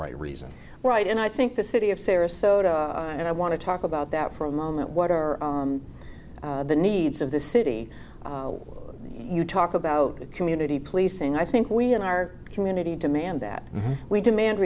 right reason right and i think the city of sarasota and i want to talk about that for a moment what are the needs of the city you talk about community policing i think we in our community demand that we demand